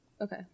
Okay